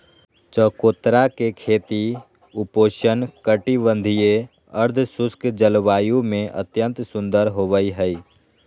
चकोतरा के खेती उपोष्ण कटिबंधीय, अर्धशुष्क जलवायु में अत्यंत सुंदर होवई हई